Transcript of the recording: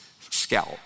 scalp